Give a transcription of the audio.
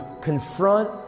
confront